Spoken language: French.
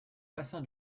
bassin